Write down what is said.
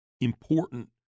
important